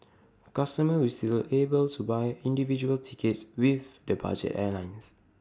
customers will still be able to buy individual tickets with the budget airlines